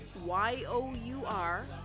y-o-u-r